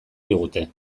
digute